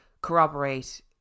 corroborate